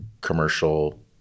commercial